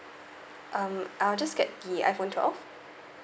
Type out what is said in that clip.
um I'll just get the iphone twelve